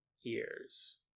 years